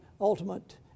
ultimate